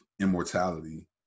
immortality